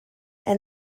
and